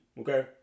okay